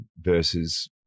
versus